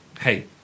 Hey